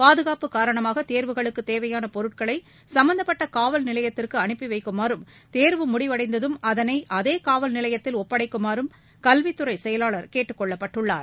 பாதுகாப்பு காரணமாக தேர்வுகளுக்கு தேவையான பொருட்களை சும்பந்தப்பட்ட காவல் நிலையத்திற்கு அனுப்பிவைக்குமாறும் தேர்வு முடிவடைந்ததும் அதனை அதே காவல் நிலையத்தில் ஒப்படைக்குமாறும் கல்வித்துறை செயலாளர் கேட்டுக்கொள்ளப்பட்டுள்ளார்